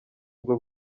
ubwo